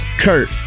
Kurt